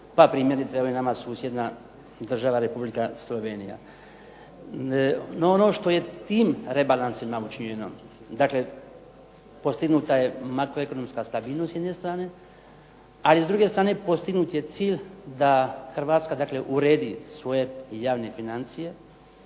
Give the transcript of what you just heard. pa primjerice evo i nama susjedna država Republika Slovenija. No, ono što je tim rebalansima učinjeno, dakle postignuta je makroekonomska stabilnost s jedne strane. Ali s druge strane postignut je cilj da Hrvatska dakle uredi svoje javne financije,